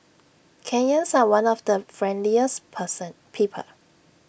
Kenyans are one of the friendliest person people